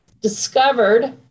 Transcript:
discovered